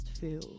Feel